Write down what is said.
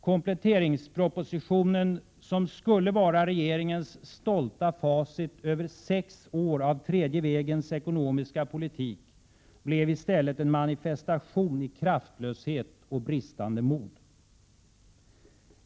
Kompletteringspropositionen som skulle vara regeringens stolta facit över sex år av den tredje vägens ekonomiska politik blev i stället en manifestation i kraftlöshet och bristande mod.